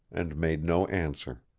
and made no answer.